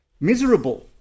miserable